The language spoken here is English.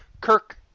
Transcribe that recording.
Kirk